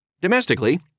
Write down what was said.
Domestically